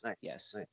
Yes